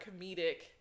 comedic